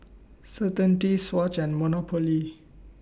Certainty Swatch and Monopoly